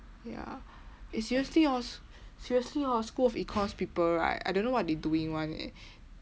ya eh seriously hor seriously hor school of econs people right I don't know what they doing [one] eh